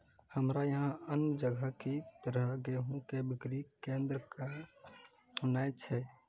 हमरा यहाँ अन्य जगह की तरह गेहूँ के बिक्री केन्द्रऽक नैय छैय?